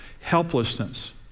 Helplessness